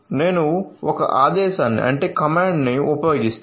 నేను ఒక ఆదేశాన్ని ఉపయోగిస్తాను